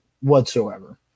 whatsoever